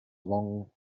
long